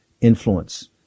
influence